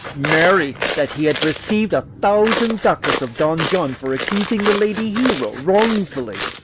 marry, that he had received a thousand ducats of don john for accusing the lady hero wrongfully.